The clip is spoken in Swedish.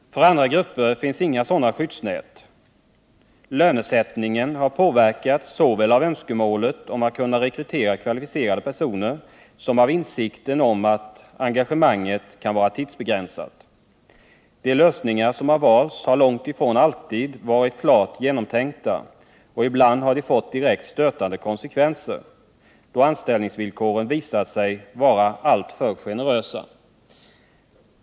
För andra grupper finns inga sådana skyddsnät. Lönesättningen har påverkats såväl av önskemålet om att kunna rekrytera kvalificerade personer som av insikten om att engagemanget kan vara tidsbegränsat. De lösningar som har valts har långt ifrån alltid varit klart genomtänkta, och ibland har de fått direkt stötande konsekvenser då anställningsvillkoren visat sig vara alltför generösa.